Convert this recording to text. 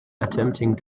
attempting